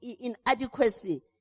inadequacy